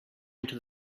into